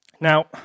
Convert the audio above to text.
Now